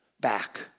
back